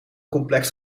complex